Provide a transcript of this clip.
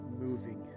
moving